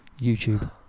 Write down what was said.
YouTube